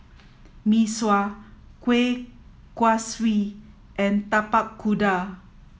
Mee Sua Kueh Kaswi and Tapak Kuda